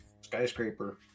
skyscraper